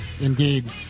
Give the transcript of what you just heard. Indeed